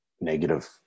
negative